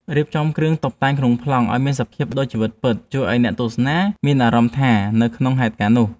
រៀបចំគ្រឿងតុបតែងក្នុងប្លង់ឱ្យមានសភាពដូចជីវិតពិតជួយឱ្យអ្នកទស្សនាមានអារម្មណ៍ថានៅក្នុងហេតុការណ៍នោះ។